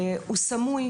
הוא סמוי.